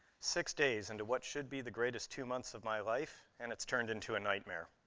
six days into what should be the greatest two months of my life and it's turned into a nightmare.